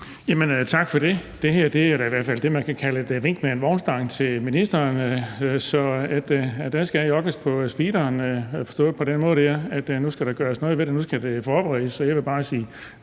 Tak for det. Det her er jo i hvert fald det, man kan kalde for et vink med en vognstang til ministeren. Der skal jokkes på speederen forstået på den måde, at nu skal der gøres noget ved det, og nu skal det forberedes. Jeg vil bare sige